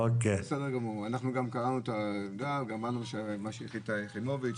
אנחנו גם קראנו את מה שהחליטה מיקי חיימוביץ',